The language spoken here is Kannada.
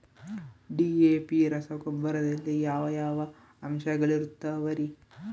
ಡಿ.ಎ.ಪಿ ರಸಗೊಬ್ಬರದಲ್ಲಿ ಯಾವ ಯಾವ ಅಂಶಗಳಿರುತ್ತವರಿ?